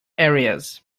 areas